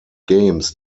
games